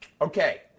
Okay